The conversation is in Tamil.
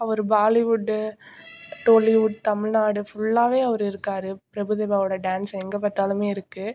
அவர் பாலிவுட்டு டோலிவுட் தமிழ்நாடு ஃபுல்லாக அவர் இருக்கார் பிரபுதேவாவோட டான்ஸ் எங்கே பார்த்தாலுமே இருக்கு